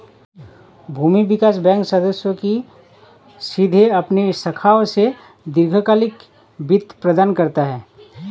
भूमि विकास बैंक सदस्यों को सीधे अपनी शाखाओं से दीर्घकालिक वित्त प्रदान करता है